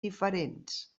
diferents